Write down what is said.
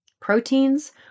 Proteins